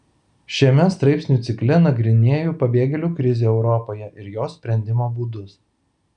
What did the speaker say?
šiame straipsnių cikle nagrinėju pabėgėlių krizę europoje ir jos sprendimo būdus